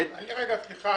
רגע, סליחה.